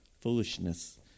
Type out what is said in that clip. foolishness